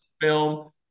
film